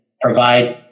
provide